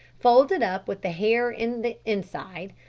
folded up with the hair in the inside,